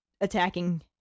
attacking